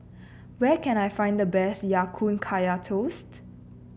where can I find the best Ya Kun Kaya Toast